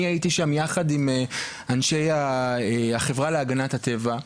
אני הייתי שם יחד עם אנשי החברה להגנת הטבע.